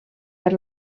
per